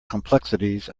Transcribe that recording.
complexities